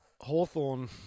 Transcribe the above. Hawthorne